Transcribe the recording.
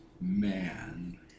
man